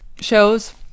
shows